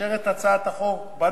לאשר את הצעת החוק בנוסח